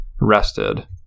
rested